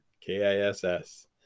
K-I-S-S